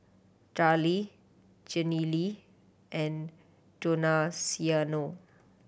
Darryle Janelle and Donaciano